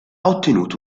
ottenuto